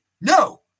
No